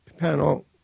panel